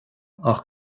ach